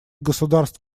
государств